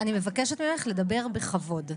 אני מבקשת ממך לדבר בכבוד.